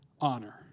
honor